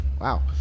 Wow